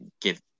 give